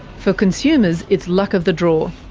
for consumers, it's luck of the draw,